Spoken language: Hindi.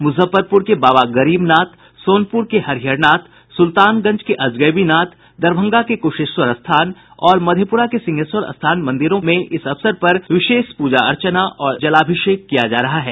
मुजफ्फरपुर के बाबा गरीबनाथ मंदिर सोनपुर के हरिहरनाथ सुल्तानगंज के अजगैबीनाथ दरभंगा के कुशेश्वर स्थान और मधेपुरा के सिंहेश्वर स्थान मंदिरों में इस अवसर पर विशेष प्रजा अर्चना और जलाभिषेक किया जा रहा है